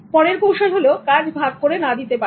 পরের কৌশল কাজ ভাগ করে না দিতে পারা